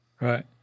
right